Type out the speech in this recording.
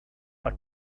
but